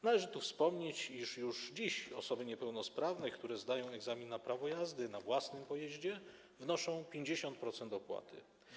Należy tu wspomnieć, iż już dziś osoby niepełnosprawne, które zdają egzamin na prawo jazdy we własnym pojeździe, wnoszą 50% opłaty.